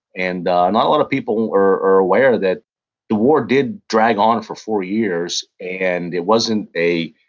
and not a lot of people are aware that the war did drag on for four years, and it wasn't a